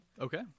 Okay